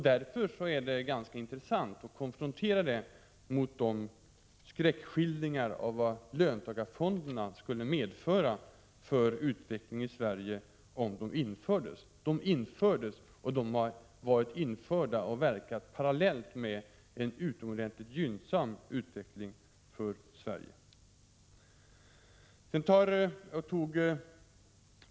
Därför är det ganska intressant att ställa denna verklighet mot skräckskildringarna av vad löntagarfonderna skulle medföra för utvecklingen i Sverige om de infördes. Fonderna infördes och har varit införda och verkat parallellt med en utomordentligt gynnsam utveckling för Sverige.